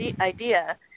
idea